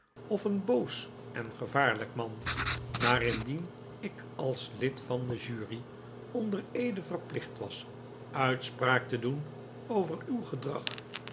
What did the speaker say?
of een boos en gevaarlijk man maar indien ik als lid van de jury onder eede verplicht was uitspraak te doen over uw gedrag